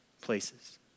places